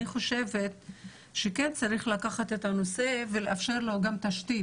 אני חושבת שכן צריך לקחת את הנושא ולאפשר לו גם תשתית.